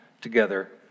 together